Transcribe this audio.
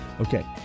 Okay